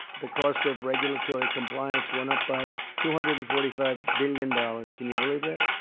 the cost of regulatory compliance went up by two hundred and forty five billion dollars. can you believe that?